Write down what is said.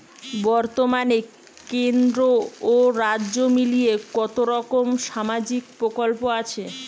বতর্মানে কেন্দ্র ও রাজ্য মিলিয়ে কতরকম সামাজিক প্রকল্প আছে?